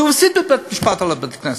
הוא הסית את בית-המשפט על בית-הכנסת.